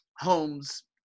Homes